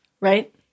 right